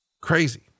crazy